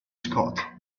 scott